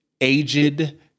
aged